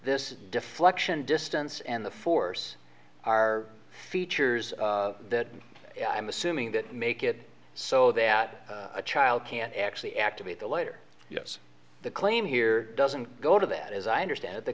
this deflection distance and the force are features that i'm assuming that make it so that a child can actually activate the lighter yes the claim here doesn't go to that as i understand the